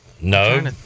No